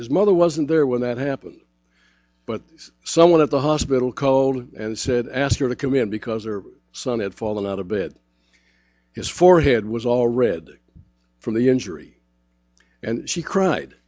his mother wasn't there when that happened but someone at the hospital called and said asked her to come in because her son had fallen out of bed his forehead was all red from the injury and she cried